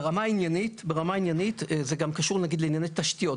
ברמה העניינית זה קשור, למשל, גם לענייני תשתיות.